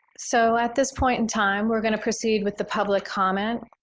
so at this point in time, we're going to proceed with the public comment.